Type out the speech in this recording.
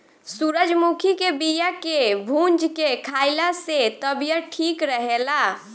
सूरजमुखी के बिया के भूंज के खाइला से तबियत ठीक रहेला